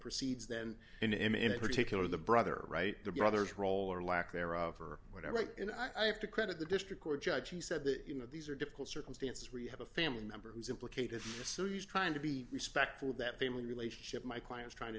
proceeds then him in particular the brother right the brothers role or lack thereof or whatever and i have to credit the district court judge he said that you know these are difficult circumstances where you have a family member who's implicated you're so used trying to be respectful of that family relationship my client's trying